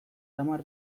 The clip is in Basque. tamar